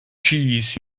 cheese